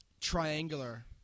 triangular